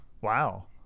Wow